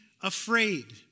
afraid